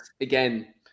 again